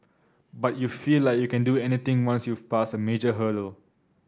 but you feel like you can do anything once youth passed a major hurdle